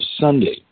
Sunday